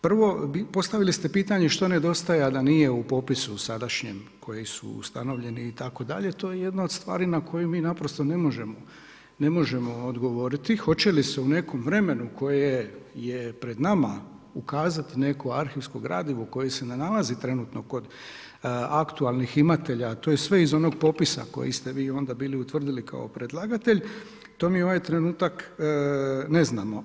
Prvo, postavili ste pitanje što nedostaje, a da nije u popisu sadašnjem koji su ustanovljeni itd., to je jedno od stvari na koje mi naprosto ne možemo odgovoriti. hoće li se u nekom vremenu koje je pred nama ukazati neko arhivsko gradivo koje se ne nalazi trenutno kod aktualnih imatelja, to je sve iz onog popisa koji ste vi onda bili utvrdili kao predlagatelj, to mi je ovaj trenutak ne znamo.